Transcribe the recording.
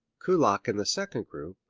kullak in the second group,